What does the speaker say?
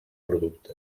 producte